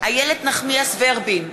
איילת נחמיאס ורבין,